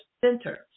center